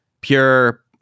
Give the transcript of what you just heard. pure